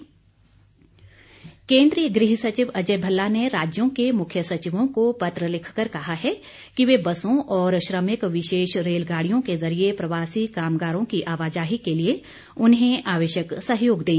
गृहमंत्रालय राज्य केंद्रीय गृह सचिव अजय भल्ला ने राज्यों के मुख्य सचिवों को पत्र लिखकर कहा है कि वे बसों और श्रमिक विशेष रेलगाड़ियों के जरिये प्रवासी कामगारों की आवाजाही के लिए उन्हें आवश्यक सहयोग दें